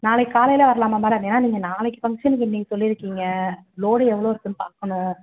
நாளைக்கு காலையில் வரலாமா மேடம் ஏன்னா நீங்கள் நாளைக்கு ஃபங்க்ஷனுக்கு இன்றைக்கு சொல்லிருக்கிங்க லோடு எவ்வளோ இருக்குன்னு பார்க்கணும்